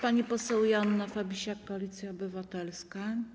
Pani poseł Joanna Fabisiak, Koalicja Obywatelska.